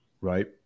right